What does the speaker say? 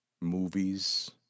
Movies